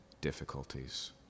difficulties